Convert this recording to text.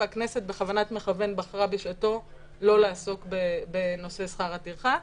והכנסת בכוונת מכוון בחרה בשעתו לא לעסוק בנושא שכר הטרחה.